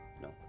no